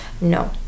no